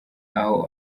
aho